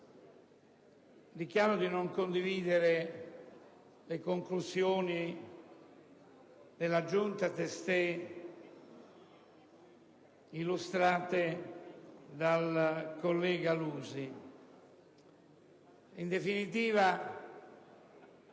dichiaro di non condividere le conclusioni della Giunta testè illustrate dal collega Lusi.